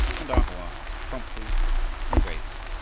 and a hoa answered promptly and bravely,